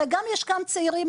הרי גם יש כאן צעירים,